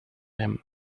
him